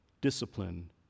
discipline